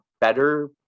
Better